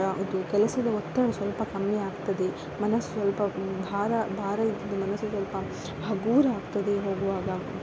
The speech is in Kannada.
ಯಾವುದು ಕೆಲಸದ ಒತ್ತಡ ಸ್ವಲ್ಪ ಕಮ್ಮಿಯಾಗ್ತದೆ ಮನಸ್ಸು ಸ್ವಲ್ಪ ಭಾರ ಭಾರ ಇದ್ದದ್ದು ಮನಸು ಸ್ವಲ್ಪ ಹಗುರಾಗ್ತದೆ ಹೋಗುವಾಗ